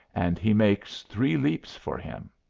and he makes three leaps for him.